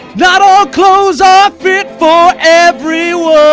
not all clothes are fit for everyone,